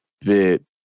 bit